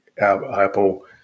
apple